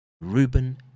Ruben